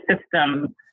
system